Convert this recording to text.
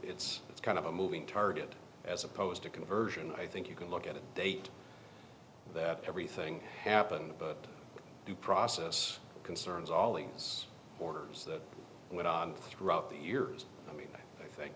it's it's kind of a moving target as opposed to conversion i think you can look at a date that everything happened but due process concerns all these orders that went on throughout the years i mean i think